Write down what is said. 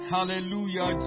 Hallelujah